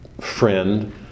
friend